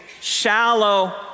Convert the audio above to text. shallow